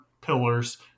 pillars